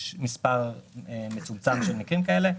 יש מספר מצומצם של מקרים כאלה.